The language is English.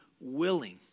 willing